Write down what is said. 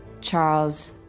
Charles